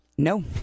No